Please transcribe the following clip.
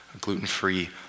gluten-free